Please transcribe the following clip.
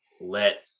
let